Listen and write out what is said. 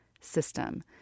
system